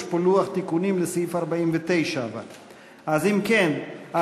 יש פה לוח תיקונים לסעיף 49. אם כן,